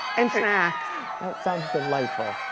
and snacks. that sounds delightful.